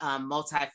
multi